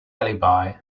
alibi